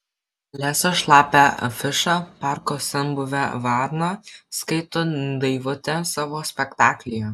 lesa šlapią afišą parko senbuvė varna skaito daivutė savo spektaklyje